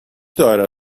دائره